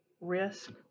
risk